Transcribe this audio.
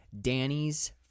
Danny's